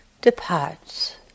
departs